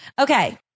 Okay